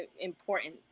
important